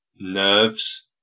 nerves